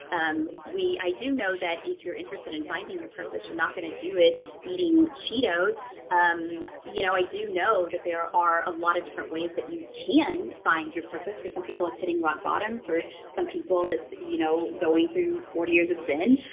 um i do know if you're interested in finding your purpose, you're not going to do it eating cheetos. um you know i do know that there are a lot of different ways that you can find your purpose. for some people, it's hitting rock bottom. for some people, it's you know going through forty years of zen.